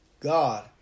God